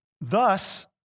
Thus